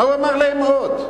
מה הוא אמר להם עוד?